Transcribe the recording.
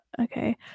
okay